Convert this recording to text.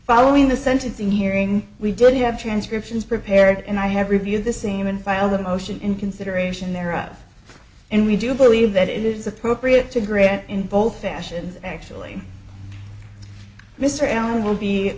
following the sentencing hearing we did have transcriptions prepared and i have reviewed the same and filed a motion in consideration there of and we do believe that it is appropriate to grant in both fashions actually mr allen will be